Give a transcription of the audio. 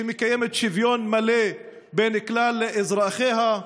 שמקיימת שוויון מלא בין כלל אזרחיה.